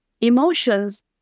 emotions